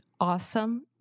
awesome